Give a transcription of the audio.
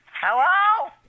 Hello